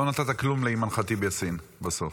לא נתת כלום לאימאן ח'טיב יאסין בסוף.